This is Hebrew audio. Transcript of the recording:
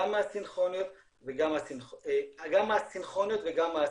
גם הסינכרוניות וגם הא-סינכרוניות.